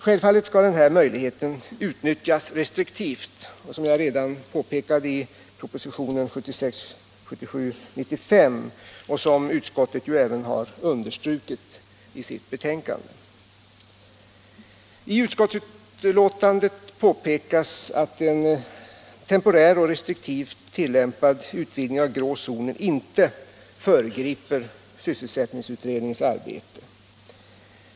Självfallet skall denna möjlighet utnyttjas restriktivt, som jag påpekade redan i propositionen 1976/77:95 och som även utskottet har understrukit i sitt betänkande. I utskottsbetänkandet påpekas att en temporär och restriktivt tillämpad utvidgning av den grå zonen inte föregriper sysselsättningsutredningens arbete.